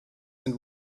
and